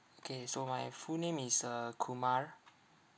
K so my full name is uh kumar